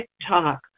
TikTok